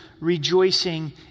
rejoicing